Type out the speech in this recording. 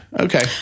Okay